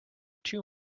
too